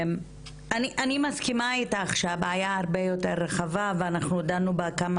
אני מסכימה איתך שהבעיה הרבה יותר רחבה ואנחנו דנו בה כמה